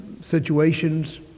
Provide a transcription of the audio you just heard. situations